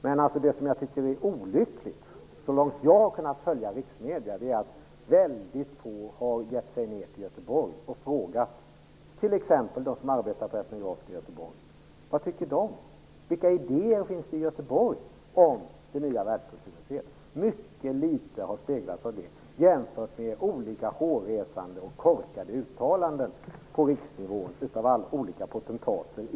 Men det olyckliga, så långt jag har kunnat följa riksmedierna, är att väldigt få har gett sig ned till Göteborg och frågat t.ex. dem som arbetar på Etnografiska i Göteborg. Vad tycker de? Vilka idéer finns i Göteborg om det nya världskulturmuseet? Mycket litet av detta har speglats jämfört med olika hårresande uttalanden på riksnivå av olika potentater i